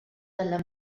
dalla